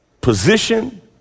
position